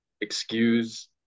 excuse